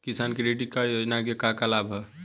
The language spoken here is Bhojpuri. किसान क्रेडिट कार्ड योजना के का का लाभ ह?